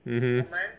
mmhmm